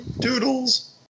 Doodles